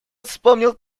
вспомнил